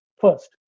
first